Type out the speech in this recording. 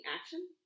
action